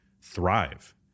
thrive